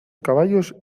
caballos